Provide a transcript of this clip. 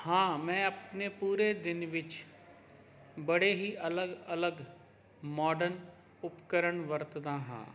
ਹਾਂ ਮੈਂ ਆਪਣੇ ਪੂਰੇ ਦਿਨ ਵਿੱਚ ਬੜੇ ਹੀ ਅਲੱਗ ਅਲੱਗ ਮਾਡਨ ਉਪਕਰਣ ਵਰਤਦਾ ਹਾਂ